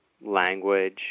language